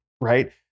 right